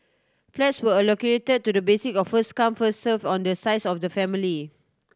flats were allocated to the basis of first come first serve on the size of the family